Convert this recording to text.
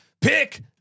Pick